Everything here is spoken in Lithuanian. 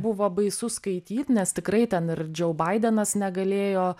buvo baisu skaityt nes tikrai ten ir džo baidenas negalėjo